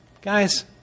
Guys